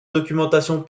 documentation